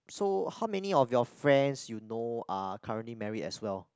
so how many of your friends you know are currently married as well